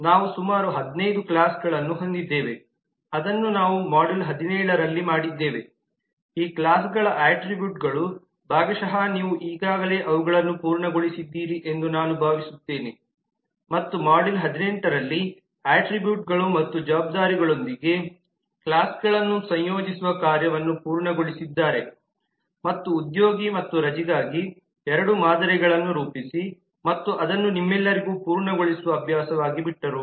ನಾವು ಸುಮಾರು 15 ಕ್ಲಾಸ್ಗಳನ್ನು ಹೊಂದಿದ್ದೇವೆ ಅದನ್ನು ನಾವು ಮಾಡ್ಯೂಲ್ 17 ರಲ್ಲಿ ಮಾಡಿದ್ದೇವೆ ಈ ಕ್ಲಾಸ್ಗಳ ಅಟ್ರಿಬ್ಯೂಟ್ ಗಳು ಭಾಗಶಃ ನೀವು ಈಗಾಗಲೇ ಅವುಗಳನ್ನು ಪೂರ್ಣಗೊಳಿಸಿದ್ದೀರಿ ಎಂದು ನಾನು ಭಾವಿಸುತ್ತೇನೆ ಮತ್ತು ಮಾಡ್ಯೂಲ್ 18 ರಲ್ಲಿ ಅಟ್ರಿಬ್ಯೂಟ್ ಗಳು ಮತ್ತು ಜವಾಬ್ದಾರಿಗಳೊಂದಿಗೆ ಕ್ಲಾಸ್ ಗಳನ್ನು ಸಂಯೋಜಿಸುವ ಕಾರ್ಯವನ್ನು ಪೂರ್ಣಗೊಳಿಸಿದ್ದಾರೆ ಮತ್ತು ಉದ್ಯೋಗಿ ಮತ್ತು ರಜೆಗಾಗಿ ಎರಡು ಮಾದರಿಗಳನ್ನು ರೂಪಿಸಿ ಮತ್ತು ಅದನ್ನು ನಿಮ್ಮೆಲ್ಲರಿಗೂ ಪೂರ್ಣಗೊಳಿಸುವ ಅಭ್ಯಾಸ ವಾಗಿ ಬಿಟ್ಟರು